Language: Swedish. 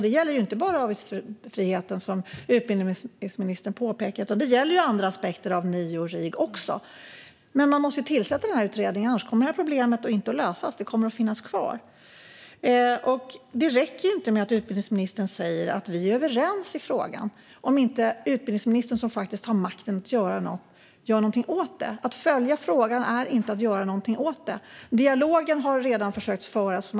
Det gäller inte bara avgiftsfriheten, som utbildningsministern påpekar, utan det gäller även andra aspekter av NIU och RIG. Men utredningen måste tillsättas, annars kommer problemet inte att lösas utan bara finnas kvar. Det räcker inte att utbildningsministern säger att vi är överens i frågan, om ministern, som har makten, gör något åt den. Att följa frågan är inte att göra något åt den. Det har redan gjorts försök att ta upp en dialog.